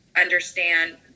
understand